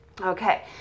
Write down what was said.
okay